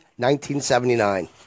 1979